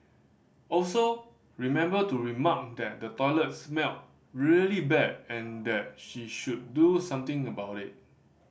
also remember to remark that the toilet smelled really bad and that she should do something about it